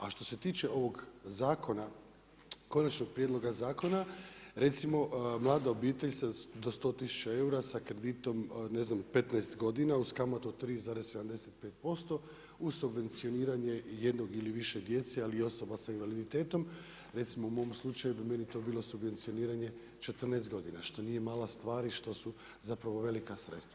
A što se tiče ovoga zakona, konačnog prijedloga zakona, recimo mlada obitelj se do 100000 eura sa kreditom, ne znam, 15 godina uz kamatu od 3,75% uz subvencioniranje jednog ili više djece, ali i osoba sa invaliditetom, recimo u mom slučaju bi meni to bilo subvencioniranje 14 godina, što nije mala stvar i što su zapravo velika sredstva.